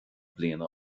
bliana